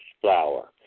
flower